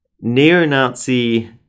neo-Nazi